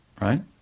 right